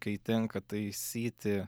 kai tenka taisyti